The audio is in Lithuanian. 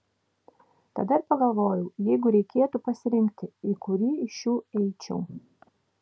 tada ir pagalvojau jeigu reikėtų pasirinkti į kurį iš šių eičiau